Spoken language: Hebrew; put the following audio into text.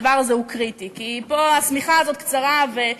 הדבר הזה הוא קריטי כי השמיכה הזאת קצרה וכל